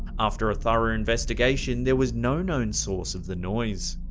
after a thorough investigation, there was no known source of the noise.